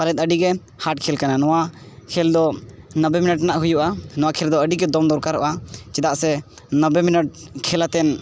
ᱯᱟᱞᱮᱫ ᱟᱹᱰᱤᱜᱮ ᱠᱷᱮᱹᱞ ᱠᱟᱱᱟ ᱱᱚᱣᱟ ᱠᱷᱮᱹᱞ ᱫᱚ ᱱᱚᱵᱵᱚᱭ ᱨᱮᱱᱟᱜ ᱦᱩᱭᱩᱜᱼᱟ ᱱᱚᱣᱟ ᱠᱷᱮᱹᱞ ᱨᱮᱫᱚ ᱟᱹᱰᱤᱜᱮ ᱫᱚᱢ ᱫᱚᱨᱠᱟᱨᱚᱜᱼᱟ ᱪᱮᱫᱟᱜ ᱥᱮ ᱱᱚᱵᱵᱚᱭ ᱠᱷᱮᱹᱞ ᱠᱟᱛᱮᱱ